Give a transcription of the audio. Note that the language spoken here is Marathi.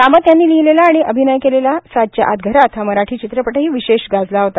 कामत यांनी लिहिलेला आणि अभिनय केलेला सातच्या आत घरात हा मराठी चित्रपटही विशेष गाजला होता